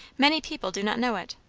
many people do not know it.